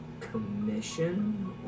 commission